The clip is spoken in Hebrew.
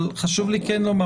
חשוב לי כן לומר,